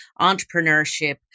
entrepreneurship